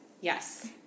Yes